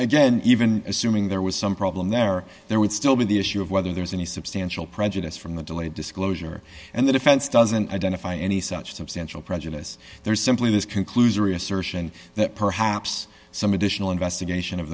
again even assuming there was some problem there there would still be the issue of whether there's any substantial prejudice from the delayed disclosure and the defense doesn't identify any such substantial prejudice there is simply this conclusion reassertion that perhaps some additional investigation of